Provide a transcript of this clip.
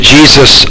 Jesus